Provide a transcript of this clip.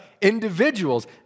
Individuals